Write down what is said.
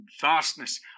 vastness